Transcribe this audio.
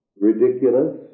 ridiculous